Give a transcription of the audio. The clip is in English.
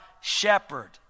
shepherd